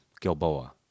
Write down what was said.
Gilboa